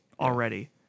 Already